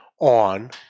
on